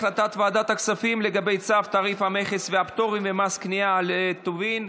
החלטת ועדת הכספים לגבי צו תעריף המכס והפטורים ומס קנייה על טובין.